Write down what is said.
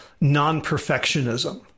non-perfectionism